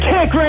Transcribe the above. Kick